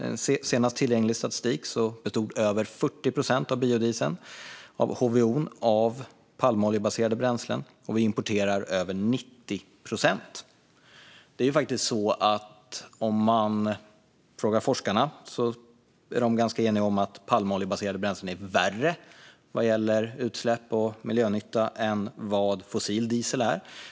Den senaste tillgängliga statistiken visar att över 40 procent av biodieseln - HVO - består av palmoljebaserade bränslen, och vi importerar över 90 procent. Forskarna är eniga om att palmoljebaserade bränslen är värre vad gäller utsläpp och miljönytta än vad fossil diesel är.